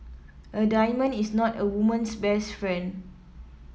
a diamond is not a woman's best friend